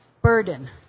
burden